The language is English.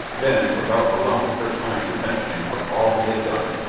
then, without allowing her time to thank him for all he had done,